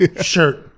shirt